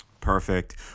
Perfect